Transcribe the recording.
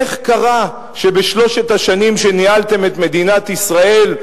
איך קרה שבשלוש השנים שניהלתם את מדינת ישראל,